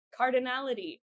cardinality